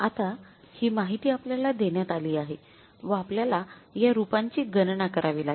आता ही माहिती आपल्याला देण्यात आली आहे व आपल्याला या रुपांची गणना करावी लागेल